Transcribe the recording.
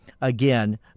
Again